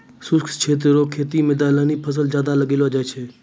शुष्क क्षेत्र रो खेती मे दलहनी फसल ज्यादा लगैलो जाय छै